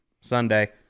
Sunday